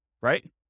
right